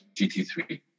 GT3